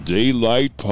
Daylight